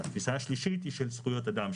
התפיסה השלישית היא של זכויות אדם,